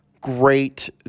great